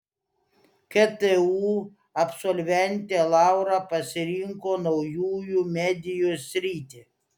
ktu absolventė laura pasirinko naujųjų medijų sritį